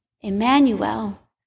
Emmanuel